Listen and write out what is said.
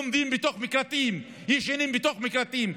לומדים בתוך מקלטים וישנים בתוך מקלטים.